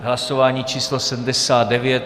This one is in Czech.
Hlasování číslo 79.